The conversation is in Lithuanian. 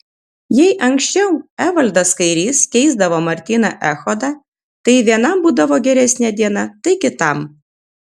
jei anksčiau evaldas kairys keisdavo martyną echodą tai vienam būdavo geresnė diena tai kitam